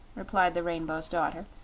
replied the rainbow's daughter,